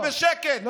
ובשקט.